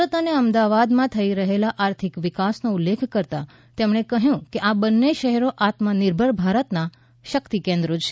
સુરત અને અમદાવાદમાં થઇ રહેલા આર્થિક વિકાસનો ઉલ્લેખ કરતા તેમણે કહ્યું કે આ બંને શહેરો આત્મનિર્ભર ભારતના શક્તિ કેન્દ્રો છે